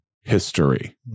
history